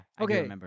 Okay